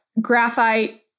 graphite